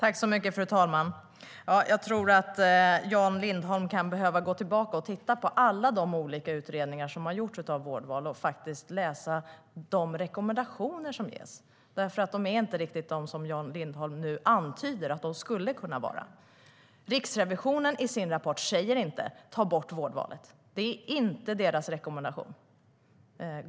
Fru talman! Jag tror att Jan Lindholm kan behöva gå tillbaka och titta på alla de olika utredningar som har gjorts av vårdvalet och läsa de rekommendationer som ges. De är nämligen inte riktigt de som Jan Lindholm nu antyder att de skulle kunna vara. Riksrevisionen säger inte i sin rapport: Ta bort vårdvalet! Det är inte deras rekommendation.